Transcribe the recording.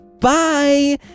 Bye